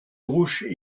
rocher